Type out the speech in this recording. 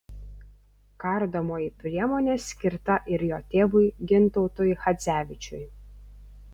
kardomoji priemonė skirta ir jo tėvui gintautui chadzevičiui